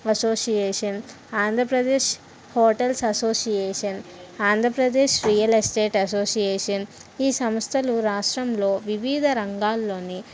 association Andhra Pradesh hotels association Andhra Pradesh real estate association ఈ సంస్థలు రాష్ట్రంలో వివిధ రంగాల్లోని